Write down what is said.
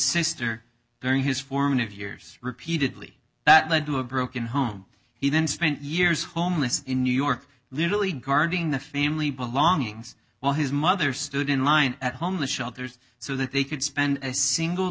sister during his formative years repeatedly that led to a broken home he then spent years homeless in new york literally guarding the family belongings while his mother stood in line at homeless shelters so that they could spend a single